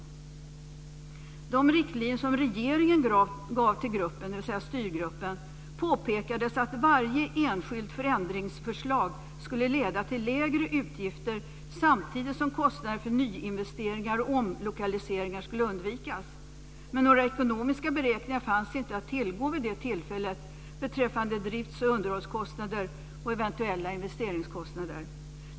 I de riktlinjer som regeringen gav till gruppen, dvs. till styrgruppen, påpekades att varje enskilt förändringsförslag skulle leda till lägre utgifter samtidigt som kostnader för nyinvesteringar och omlokaliseringar skulle undvikas. Men några ekonomiska beräkningar fanns inte att tillgå vid det tillfället beträffande drifts och underhållskostnader och eventuella investeringskostnader.